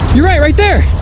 you're right! right there!